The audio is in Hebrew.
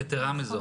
נכון.